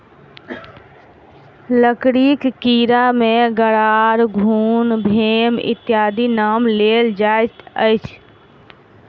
लकड़ीक कीड़ा मे गरार, घुन, भेम इत्यादिक नाम लेल जाइत अछि